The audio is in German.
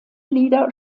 lieder